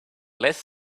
less